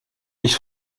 ich